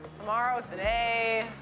tomorrow, today,